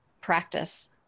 practice